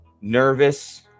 nervous